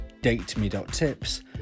dateme.tips